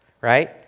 right